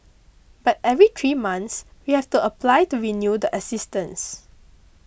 but every three months we have to apply to renew the assistance